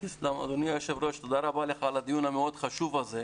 אדוני היו"ר תודה רבה לך על הדיון המאוד חשוב הזה.